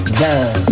down